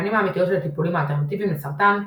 הפנים האמיתיות של הטיפולים האלטרנטיביים לסרטן,